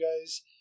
guys